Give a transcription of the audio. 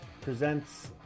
presents